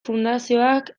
fundazioak